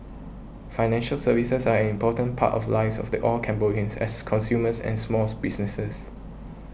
financial services are an important part of lives of the all Cambodians as consumers and smalls businesses